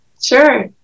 Sure